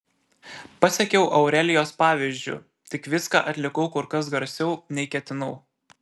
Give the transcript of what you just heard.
pasekiau aurelijos pavyzdžiu tik viską atlikau kur kas garsiau nei ketinau